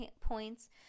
points